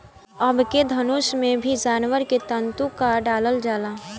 अबके धनुष में भी जानवर के तंतु क डालल जाला